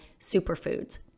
superfoods